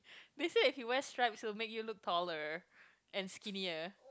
they say if you wear stripes it will make you look taller and skinnier